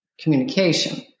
communication